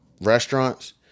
restaurants